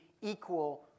equal